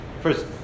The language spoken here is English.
First